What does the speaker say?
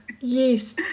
Yes